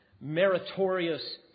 meritorious